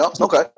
Okay